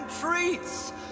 Treats